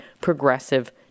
progressive